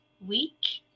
week